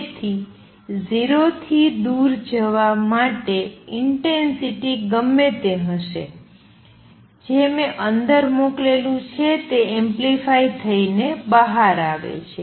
તેથી 0 થી વધુ દૂર જવા માટે ઇંટેંસિટી ગમે તે હશે જે મે અંદર મોકલેલું છે તે એમ્પ્લિફાઇ થઈ ને બહાર આવે છે